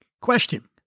Question